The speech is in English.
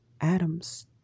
atoms